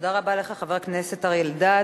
תודה רבה לך, חבר הכנסת אריה אלדד.